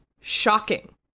shocking